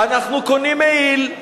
אנחנו קונים מעיל,